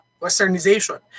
Westernization